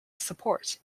support